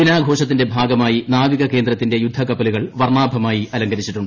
ദിനാഘോഷത്തിന്റെ ഭാഗമായി നാവിക കേന്ദ്രത്തിന്റെ യുദ്ധകപ്പലുകൾ വർണ്ണാഭമായി അലങ്കരിച്ചിട്ടുണ്ട്